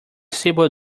stable